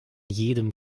jedem